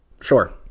Sure